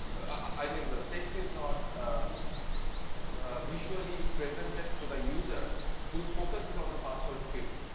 i mean the text is not visually presented to the user who's focus is on the password field.